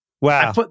Wow